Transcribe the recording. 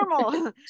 normal